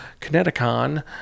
Kineticon